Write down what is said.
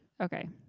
Okay